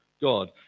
God